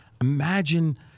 Imagine